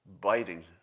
Biting